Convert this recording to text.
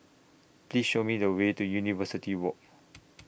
Please Show Me The Way to University Walk